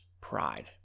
pride